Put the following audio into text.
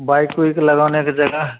bike उईक लगाने का जगह